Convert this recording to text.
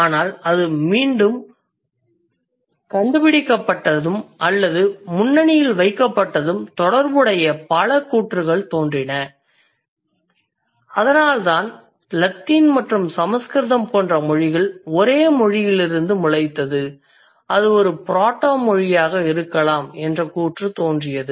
ஆனால் அது மீண்டும் கண்டுபிடிக்கப்பட்டதும் அல்லது முன்னணியில் வைக்கப்பட்டதும் தொடர்புடைய பல கூற்றுகள் தோன்றின அதனால்தான் லத்தீன் மற்றும் சமஸ்கிருதம் போன்ற மொழிகள் ஒரே மொழியிலிருந்து முளைத்தது இது ஒரு புரோட்டோ மொழியாக இருக்கலாம் என்ற கூற்று தோன்றியது